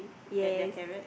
yes